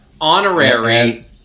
Honorary